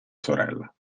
sorella